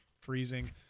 freezing